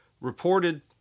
reported